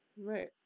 Right